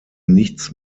nichts